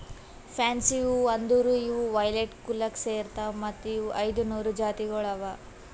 fancy ಹೂವು ಅಂದುರ್ ಇವು ವೈಲೆಟ್ ಕುಲಕ್ ಸೇರ್ತಾವ್ ಮತ್ತ ಇವು ಐದ ನೂರು ಜಾತಿಗೊಳ್ ಅವಾ